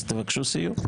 אז תבקשו סיור.